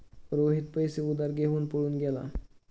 रोहित पैसे उधार घेऊन पळून गेला